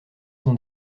son